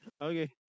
Okay